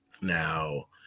Now